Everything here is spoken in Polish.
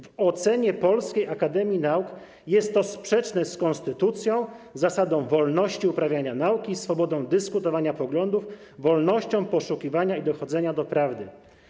W ocenie Polskiej Akademii Nauk jest to sprzeczne z konstytucją, zasadą wolności uprawiania nauki, swobodą dyskutowania i poglądów, wolnością poszukiwania i dochodzenia do prawdy.